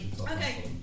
Okay